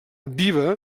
viva